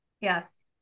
Yes